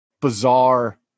bizarre